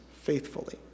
faithfully